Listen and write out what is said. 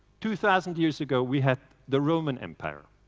two thousand years ago we had the roman empire,